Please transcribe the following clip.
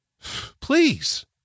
please